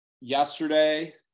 yesterday